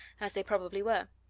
as they probably were.